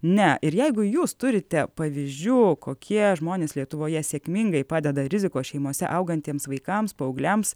ne ir jeigu jūs turite pavyzdžių kokie žmonės lietuvoje sėkmingai padeda rizikos šeimose augantiems vaikams paaugliams